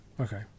Okay